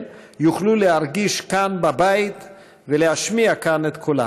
יוכלו להרגיש כאן בית ולהשמיע כאן את קולם.